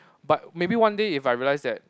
but maybe one day if I realise that